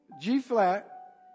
G-flat